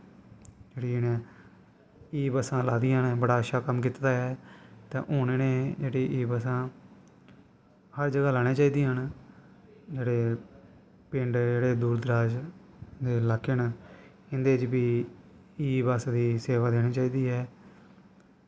ई बसां लाई दियां नै बड़ा अच्चा कम्म कीता दा ऐ ते हून इनैं जेह्ड़ी ई बसां हर जगा लाना चाही दियां न जेह्ड़े पिंड जेह्ड़े दूरदराज़ दे लाह्के न इंदे च बी ई बसदी सेवा देनी चाही दी ऐ